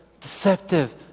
deceptive